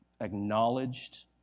Acknowledged